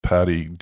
Patty